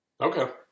Okay